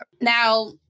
Now